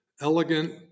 elegant